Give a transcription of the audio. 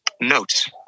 notes